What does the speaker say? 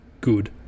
good